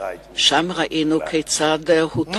וגיניתי את הברבריות של מלחמת העולם השנייה,